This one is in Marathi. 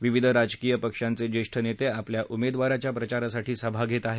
विविध राजकीय पक्षांचे ज्येष्ठ नेते आपल्या उमेदवाराच्या प्रचारासाठी सभा घेत आहेत